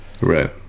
Right